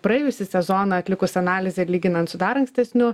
praėjusį sezoną atlikus analizę lyginant su dar ankstesniu